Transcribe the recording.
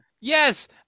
yes